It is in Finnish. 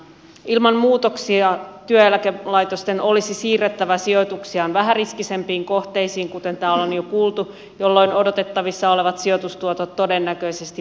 ilman muutoksia työeläkelaitosten olisi siirrettävä sijoituksiaan vähäriskisempiin kohteisiin kuten täällä on jo kuultu jolloin odotettavissa olevat sijoitustuotot todennäköisesti vähenisivät